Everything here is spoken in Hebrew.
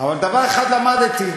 אבל דבר אחד למדתי,